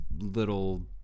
little –